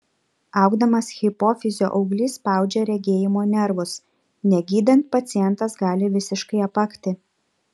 augdamas hipofizio auglys spaudžia regėjimo nervus negydant pacientas gali visiškai apakti